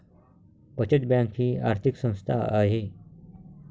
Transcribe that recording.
बचत बँक ही आर्थिक संस्था आहे